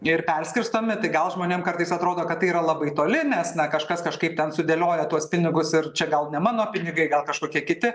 ir perskirstomi tai gal žmonėm kartais atrodo kad tai yra labai toli nes na kažkas kažkaip ten sudėlioja tuos pinigus ir čia gal ne mano pinigai gal kažkokie kiti